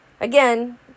again